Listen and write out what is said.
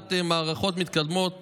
ובחינת מערכות מתקדמות